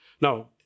Now